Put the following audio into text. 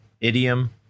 idiom